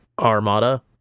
Armada